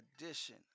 edition